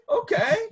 okay